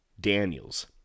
Daniels